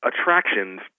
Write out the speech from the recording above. attractions